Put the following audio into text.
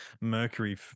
mercury